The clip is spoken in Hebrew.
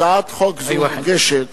הצעת חוק זו מוגשת